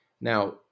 Now